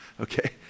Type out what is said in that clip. Okay